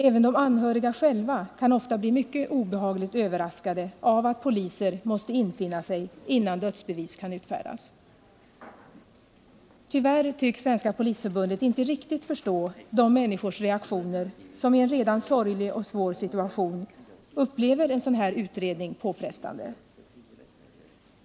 Även de anhöriga själva kan ofta bli mycket obehagligt överraskade av att poliser måste infinna sig innan dödsbevis kan utfärdas. Tyvärr tycks Svenska polisförbundet inte riktigt förstå hur de människor reagerar som i en redan sorglig och svår situation upplever en sådan här utredning som påfrestande.